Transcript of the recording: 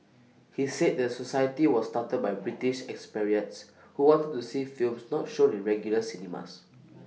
he said the society was started by British expatriates who wanted to see films not shown in regular cinemas